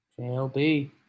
JLB